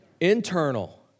Internal